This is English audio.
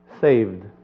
saved